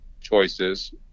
choices